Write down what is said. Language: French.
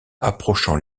approchant